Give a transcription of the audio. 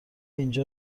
اینجا